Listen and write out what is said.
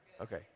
okay